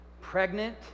pregnant